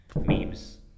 memes